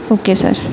okay sir